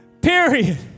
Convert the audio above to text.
period